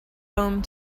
home